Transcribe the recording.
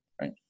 right